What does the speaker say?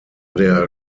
der